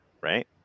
right